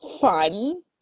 fun